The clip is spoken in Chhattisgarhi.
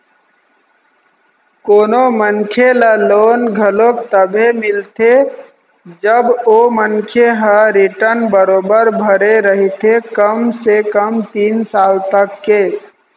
कोनो मनखे ल लोन घलोक तभे मिलथे जब ओ मनखे ह रिर्टन बरोबर भरे रहिथे कम से कम तीन साल तक के